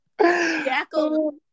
Jackal